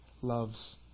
loves